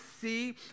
see